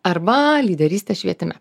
arba lyderystę švietime